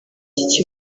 iki